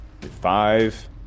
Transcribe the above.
Five